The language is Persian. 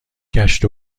گشت